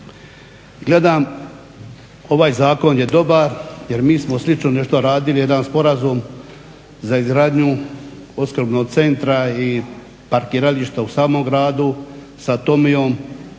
Gledam ovaj zakon je dobar jer mi smo slično nešto radili, jedan sporazum za izgradnju opskrbnog centra i parkirališta u samom gradu sa Tommy-om.